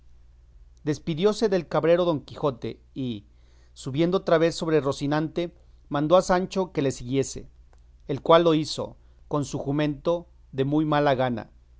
beltenebros despidióse del cabrero don quijote y subiendo otra vez sobre rocinante mandó a sancho que le siguiese el cual lo hizo con su jumento de muy mala gana